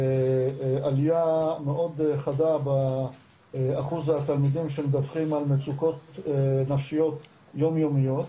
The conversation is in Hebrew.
עלייה מאוד חדה באחוז התלמידים שמדווחים על מצוקות נפשיות יומיומיות,